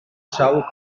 sawl